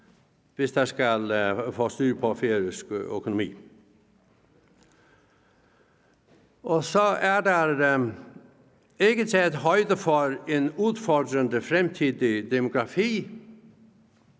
hvis der skal fås styr på færøsk økonomi. Der er ikke taget højde for en udfordrende fremtidig demografi,